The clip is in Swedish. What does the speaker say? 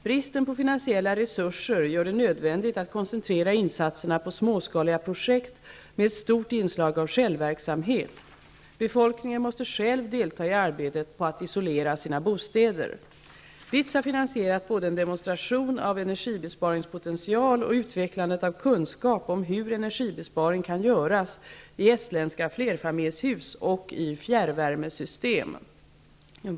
Bristen på finansiella resurser gör det nödvändigt att koncentrera insatserna på småskaliga projekt med ett stort inslag av självverksamhet. Befolkningen måste själv delta i arbetet på att isolera sina bostäder. BITS har finansierat både en demonstration av energibesparingspotential och utvecklandet av kunskap om hur energibesparing kan göras i estländska flerfamiljshus och i fjärrvärmesystem.